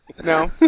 No